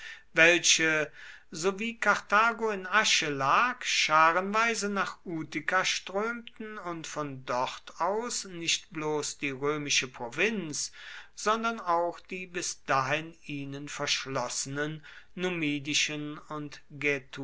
welche sowie karthago in asche lag scharenweise nach utica strömten und von dort aus nicht bloß die römische provinz sondern auch die bis dahin ihnen verschlossenen numidischen und